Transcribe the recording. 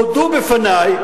הודו בפני,